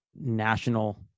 National